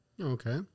Okay